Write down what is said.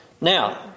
Now